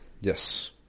Yes